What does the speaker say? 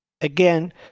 again